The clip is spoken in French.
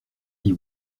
dix